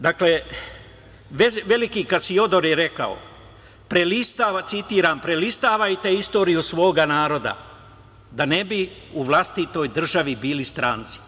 Dakle, veliki Kasiodor je rekao: „Prelistavajte istoriju svog naroda, da ne bi u vlastitoj državi bili stranci“